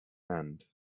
and